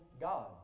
God